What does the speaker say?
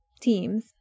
teams